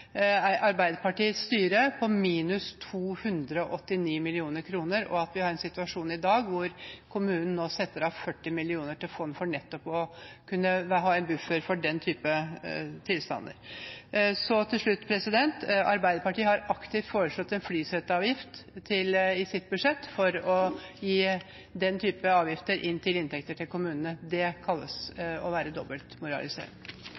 Arbeiderpartiets styre på minus 289 mill. kr, og at vi i dag har en situasjon hvor kommunen nå setter av 40 mill. kr til fond for nettopp å kunne ha en buffer for den type tilstander. Så til slutt: Arbeiderpartiet har aktivt foreslått en flyseteavgift i sitt budsjett for å gi den type avgifter til inntekter til kommunene. Det kalles